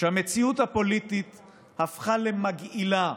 שבה המציאות הפוליטית הפכה למגעילה,